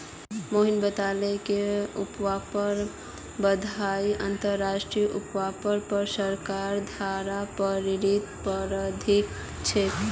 मोहित बताले जे व्यापार बाधाएं अंतर्राष्ट्रीय व्यापारेर पर सरकार द्वारा प्रेरित प्रतिबंध छिके